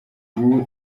wowe